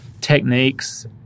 techniques